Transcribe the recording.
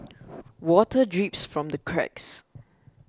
water drips from the cracks